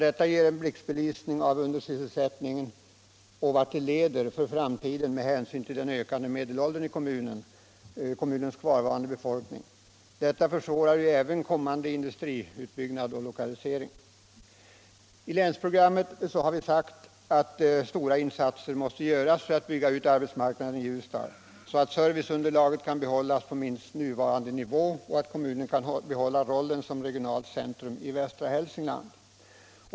Detta ger en blixtbelysning av undersysselsättningen och visar vart det i framtiden kommer att leda med tanke på den ökade medelåldern i kommunens kvarvarande befolkning. Utvecklingen försvårar även kommande industriutbyggnad och lokalisering. I länsprogrammet har det sagts att stora insatser måste göras för att bygga ut arbetsmarknaden i Ljusdal, så att serviceunderlaget kan behållas på minst nuvarande nivå och kommunen kan behålla rollen som regionalt centrum i västra Hälsingland.